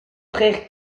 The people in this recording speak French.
frères